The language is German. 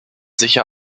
sicher